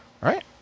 Right